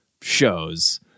shows